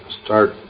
start